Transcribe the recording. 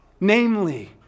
Namely